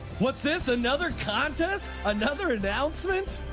what's this another contest. another announcement.